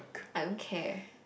I don't care